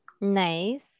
Nice